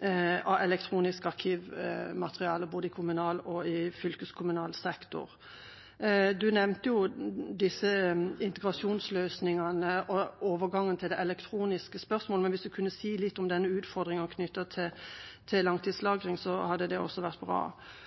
av elektronisk arkivmateriale både i kommunal sektor og i fylkeskommunal sektor. Statsråden nevnte integrasjonsløsninger og overgangen til det elektroniske, men hvis hun også kan si litt om utfordringen som er knyttet til langtidslagring, hadde det vært bra.